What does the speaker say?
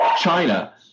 China